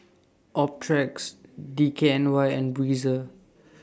Optrex D K N Y and Breezer